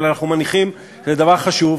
אבל אנחנו מניחים שזה דבר חשוב,